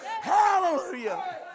hallelujah